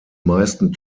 meisten